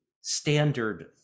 standard